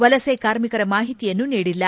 ವಲಸೆ ಕಾರ್ಮಿಕರ ಮಾಹಿತಿಯನ್ನು ನೀಡಿಲ್ಲ